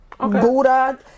Buddha